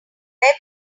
web